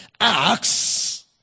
Acts